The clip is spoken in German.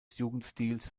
jugendstils